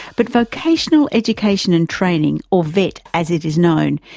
but vocational education and training, or vet as it is known,